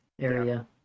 area